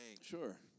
Sure